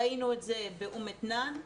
ראינו את זה באום מתנאן,